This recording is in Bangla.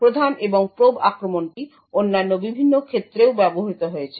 প্রধান এবং প্রোব আক্রমণটি অন্যান্য বিভিন্ন ক্ষেত্রেও ব্যবহৃত হয়েছে